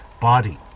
body